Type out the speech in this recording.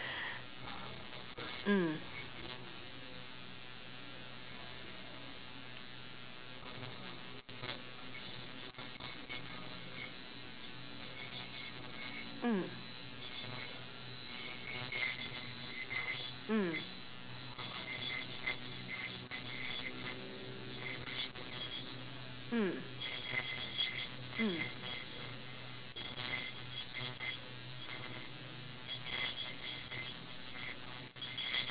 mm mm mm mm mm